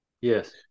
Yes